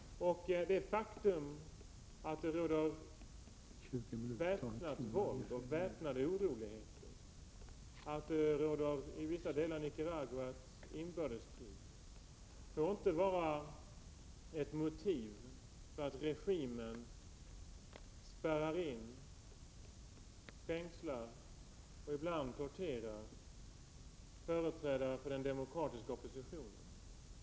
Det faktum att det förekommer väpnat våld och väpnade oroligheter och att det i vissa delar av Nicaragua råder inbördeskrig får inte vara ett motiv för att regimen får spärra in, fängsla och ibland tortera företrädare för den demokratiska oppositionen.